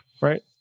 right